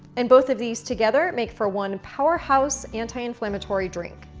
and both of these together make for one powerhouse anti inflammatory drink.